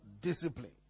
discipline